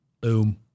boom